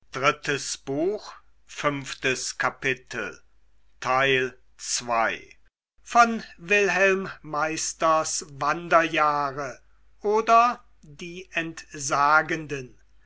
goethe wilhelm meisters wanderjahre oder die entsagenden